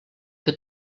que